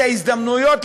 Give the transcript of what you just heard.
את ההזדמנויות,